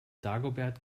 dagobert